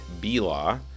BLaw